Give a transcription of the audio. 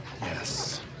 yes